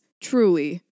truly